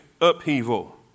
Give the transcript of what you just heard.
upheaval